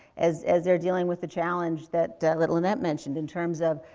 as as they're dealing with the challenge that lynnette mentioned, in terms of